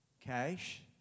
cash